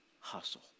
hustle